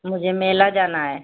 मुझे मेला जाना है